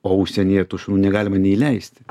o užsienyje tų šunų negalima neįleisti